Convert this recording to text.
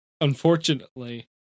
unfortunately